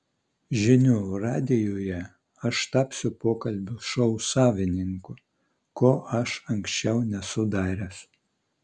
žinių radijuje aš tapsiu pokalbių šou savininku ko aš anksčiau nesu daręs